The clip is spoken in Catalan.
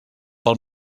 pel